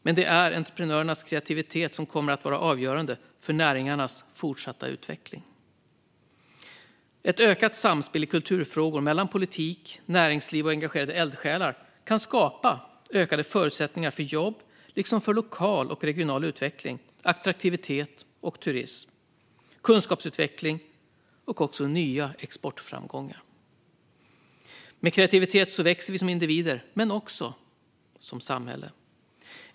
Men det är entreprenörernas kreativitet som kommer att vara avgörande för näringarnas fortsatta utveckling. Ett ökat samspel i kulturfrågor mellan politik, näringsliv och engagerade eldsjälar kan skapa ökade förutsättningar för jobb liksom för lokal och regional utveckling, attraktivitet och turism, kunskapsutveckling och nya exportframgångar. Med kreativitet växer vi som individer men också som samhälle.